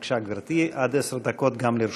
בבקשה, גברתי, עד עשר דקות גם לרשותך.